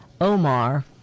Omar